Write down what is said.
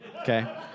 okay